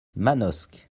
manosque